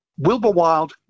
wilburwild